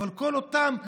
אבל כל אותם מהממשלה,